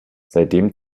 seitdem